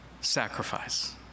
sacrifice